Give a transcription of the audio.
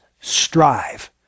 strive